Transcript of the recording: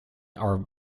are